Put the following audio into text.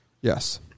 Yes